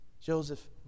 Joseph